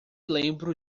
lembro